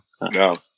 No